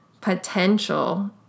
potential